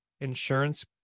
insurance